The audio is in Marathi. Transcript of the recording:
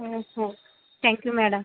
हो हो थॅंक्यू मॅडम